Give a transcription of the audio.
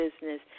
business